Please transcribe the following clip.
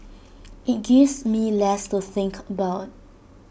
IT gives me less to think about